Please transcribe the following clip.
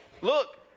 Look